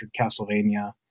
castlevania